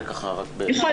--- פיצוי כפול.